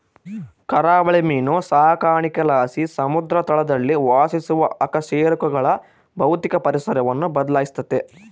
ಕರಾವಳಿ ಮೀನು ಸಾಕಾಣಿಕೆಲಾಸಿ ಸಮುದ್ರ ತಳದಲ್ಲಿ ವಾಸಿಸುವ ಅಕಶೇರುಕಗಳ ಭೌತಿಕ ಪರಿಸರವನ್ನು ಬದ್ಲಾಯಿಸ್ತತೆ